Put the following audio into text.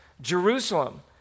Jerusalem